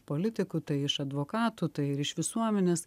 politikų tai iš advokatų tai ir iš visuomenės